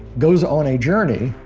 goes on a journey,